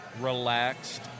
relaxed